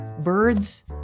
Birds